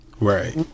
Right